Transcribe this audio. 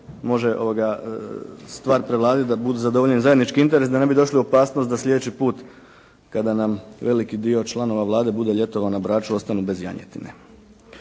može stvar prevladati da bude zadovoljen zajednički interes da ne bi došli u opasnost da slijedeći put kada nam veliki dio članova Vlade bude ljetovao na Braču ostanu bez janjetine.